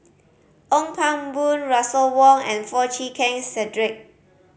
Ong Pang Boon Russel Wong and Foo Chee Keng Cedric